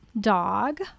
dog